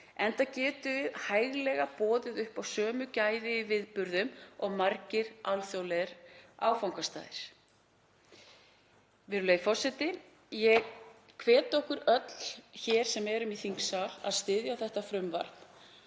enda getum við hæglega boðið upp á sömu gæði í viðburðum og margir alþjóðlegir áfangastaðir. Virðulegi forseti. Ég hvet okkur öll hér sem erum í þingsal að styðja þetta frumvarp.